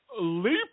leap